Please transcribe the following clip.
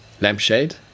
lampshade